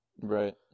Right